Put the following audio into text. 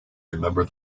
remember